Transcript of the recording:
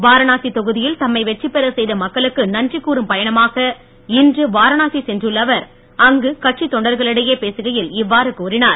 வாரணாசி தொகுதியில் தம்மை வெற்றி பெற செய்த மக்களுக்கு நன்றி கூறும் பயணமாக இன்று வாரணாசி சென்றுள்ள அவர் அங்கு கட்சி தொண்டர்களிடையே பேசுகையில் இவ்வாறு அவர் கூறினார்